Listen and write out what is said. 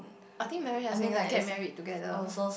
I think Marry has saying like get married together